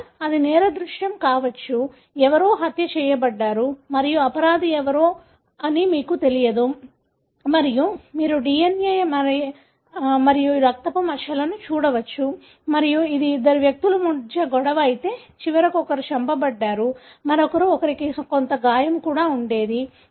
లేదా అది నేర దృశ్యం కావచ్చు ఎవరో హత్య చేయబడ్డారు మరియు అపరాధి ఎవరు అని మీకు తెలియదు మరియు మీరు DNA మరియు రక్తపు మచ్చలను చూడవచ్చు మరియు ఇది ఇద్దరు వ్యక్తుల మధ్య గొడవ అయితే చివరికి ఒకరు చంపబడ్డారు మరొకరు ఒకరికి కొంత గాయం కూడా ఉండేది